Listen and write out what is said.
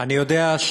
אני יודע,